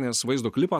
nes vaizdo klipą